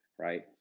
right